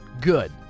good